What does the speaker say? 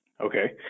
Okay